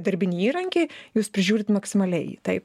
darbinį įrankį jūs prižiūrit maksimaliai jį taip